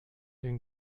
den